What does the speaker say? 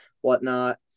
whatnot